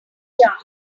jump